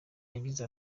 yagize